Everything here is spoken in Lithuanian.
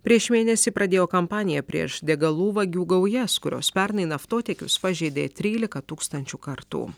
prieš mėnesį pradėjo kampaniją prieš degalų vagių gaujas kurios pernai naftotiekius pažeidė trylika tūkstančių kartų